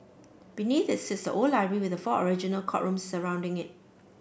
beneath it sits the old library with the four original courtrooms surrounding it